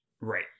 Right